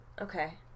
Okay